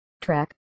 track